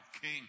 king